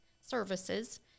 services